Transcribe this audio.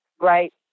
right